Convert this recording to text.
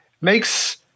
makes